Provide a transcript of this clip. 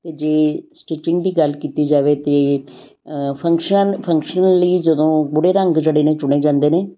ਅਤੇ ਜੇ ਸਟਿਚਿੰਗ ਦੀ ਗੱਲ ਕੀਤੀ ਜਾਵੇ ਤਾਂ ਫੰਕਸ਼ਨ ਫੰਕਸ਼ਨਲ ਲਈ ਜਦੋਂ ਗੂੜ੍ਹੇ ਰੰਗ ਜਿਹੜੇ ਨੇ ਚੁਣੇ ਜਾਂਦੇ ਨੇ